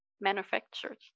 manufactured